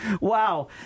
wow